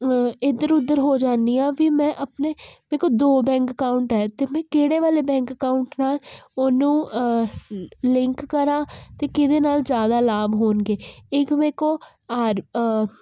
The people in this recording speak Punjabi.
ਇੱਧਰ ਉੱਧਰ ਹੋ ਜਾਂਦੀ ਹਾਂ ਵੀ ਮੈਂ ਆਪਣੇ ਮੇਰੇ ਕੋਲ ਦੋ ਬੈਂਕ ਅਕਾਊਂਟ ਹੈ ਅਤੇ ਮੈਂ ਕਿਹੜੇ ਵਾਲੇ ਬੈਂਕ ਅਕਾਊਂਟ ਨਾਲ ਉਹਨੂੰ ਲਿੰਕ ਕਰਾਂ ਅਤੇ ਕਿਹਦੇ ਨਾਲ ਜ਼ਿਆਦਾ ਲਾਭ ਹੋਣਗੇ ਇੱਕ ਮੇਰੇ ਕੋਲ ਆਰ